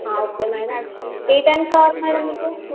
okay madam ఏ టైంకి కావాలి మేడం మీకు